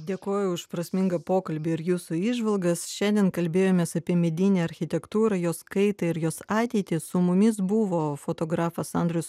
dėkoju už prasmingą pokalbį ir jūsų įžvalgas šiandien kalbėjomės apie medinę architektūrą jos kaitą ir jos ateitį su mumis buvo fotografas andrius